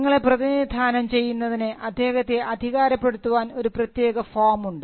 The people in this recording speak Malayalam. നിങ്ങളെ പ്രതിനിധാനം ചെയ്യുന്നതിന് അദ്ദേഹത്തെ അധികാരപ്പെടുത്തുവാൻ ഒരു പ്രത്യേക ഫോം ഉണ്ട്